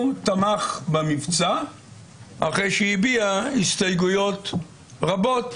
תמך במבצע אחרי שהביע הסתייגויות רבות